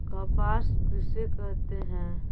कपास किसे कहते हैं?